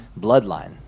bloodline